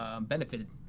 benefited